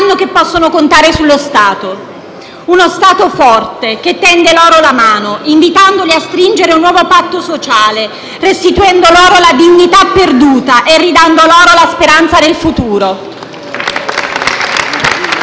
che possono contare sullo Stato. Uno Stato forte, che tende loro la mano, invitandoli a stringere un nuovo patto sociale, restituendo loro la dignità perduta e ridando loro la speranza nel futuro.